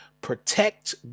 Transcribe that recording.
protect